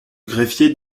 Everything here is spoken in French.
greffier